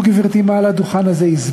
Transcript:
וזה אכן יעבור במהלך הכנס